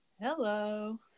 hello